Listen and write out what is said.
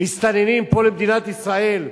מסתננים פה למדינת ישראל.